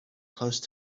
close